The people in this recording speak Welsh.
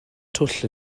twll